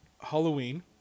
Halloween